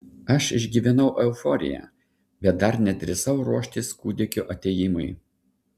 aš išgyvenau euforiją bet dar nedrįsau ruoštis kūdikio atėjimui